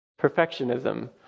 perfectionism